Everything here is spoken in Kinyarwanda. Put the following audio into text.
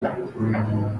ntungamo